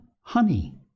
honey